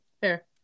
Fair